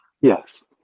Yes